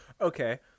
Okay